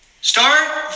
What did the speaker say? start